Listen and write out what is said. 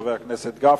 חבר הכנסת גפני,